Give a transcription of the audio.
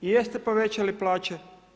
I jeste povećali plaće?